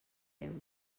euros